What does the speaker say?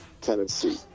Tennessee